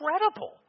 incredible